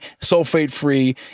sulfate-free